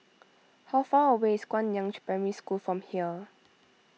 how far away is Guangyang Primary School from here